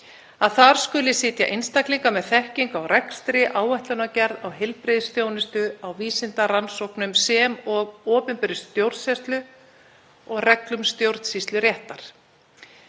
að þar skuli sitja einstaklingar með þekkingu á rekstri, áætlanagerð, á heilbrigðisþjónustu, á vísindarannsóknum sem og opinberri stjórnsýslu og reglum stjórnsýsluréttar.